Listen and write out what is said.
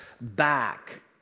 back